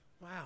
Wow